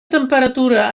temperatura